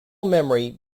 memory